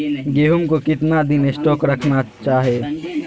गेंहू को कितना दिन स्टोक रखना चाइए?